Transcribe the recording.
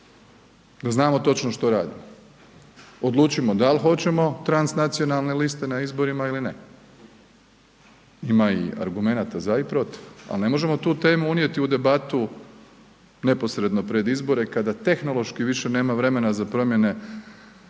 da znamo točno što radimo. Odlučimo da li hoćemo transnacionalne liste na izborima ili ne. Ima i argumenata za i protiv, ali ne možemo tu temu unijeti u debatu neposredno pred izbore kada tehnološki više nema vremena za promjene